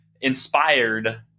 inspired